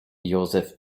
josef